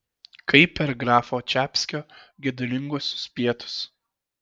kaip per grafo čapskio gedulinguosius pietus